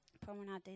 promenade